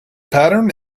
pattern